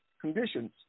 conditions